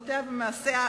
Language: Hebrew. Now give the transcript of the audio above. בפעולות הממשלה ובמעשיה,